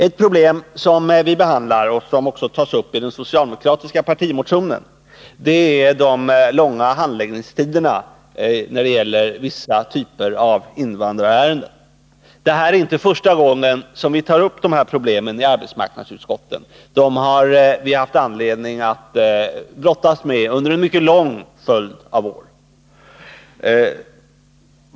Ett problem som vi behandlar, och som också tas upp i den socialdemokratiska partimotionen, är de långa handläggningstiderna för vissa typer av invandrarärenden. Det här är inte första gången som vi tar upp de problemen i arbetsmarknadsutskottet; dem har vi haft anledning att brottas med under en mycket lång följd av år.